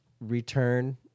return